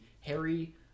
harry